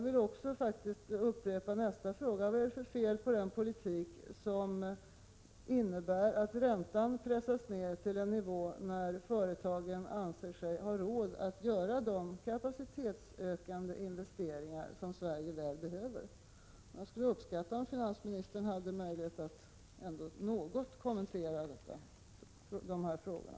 Vidare vill jag upprepa även en annan fråga: Vad är det för fel på den politik som innebär att räntan pressas ner till en nivå där företagen anser sig ha råd att göra de kapacitetsökande investeringar som Sverige väl behöver? Jag skulle uppskatta om finansministern hade möjlighet att ändå något kommentera de här frågorna.